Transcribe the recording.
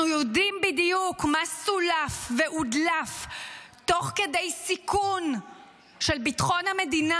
אנחנו יודעים בדיוק מה סולף והודלף תוך סיכון של ביטחון המדינה,